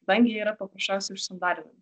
kadangi jie yra paprasčiausiai užsandarinami